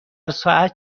ساعت